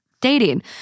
Dating